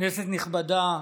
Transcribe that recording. כנסת נכבדה,